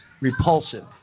repulsive